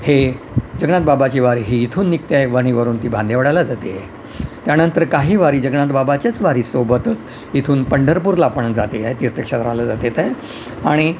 हे जगन्नाथ बाबाची वारी ही इथून निघते आहे वणीवरून ती भांदेवाडाला जाते आहे त्यानंतर काही वारी जगन्नाथ बाबाच्याच वारीसोबतच इथून पंढरपूरला पण जाते आहे तीर्थक्षेत्राला जातेत आहे आणि